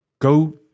Go